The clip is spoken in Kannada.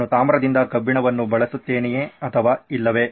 ನಾನು ತಾಮ್ರದಿಂದ ಕಬ್ಬಿಣವನ್ನು ಬಳಸುತ್ತೇನೆಯೇ ಅಥವಾ ಇಲ್ಲವೇ